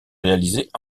réalisées